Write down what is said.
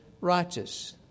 righteous